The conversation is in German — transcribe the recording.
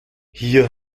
hier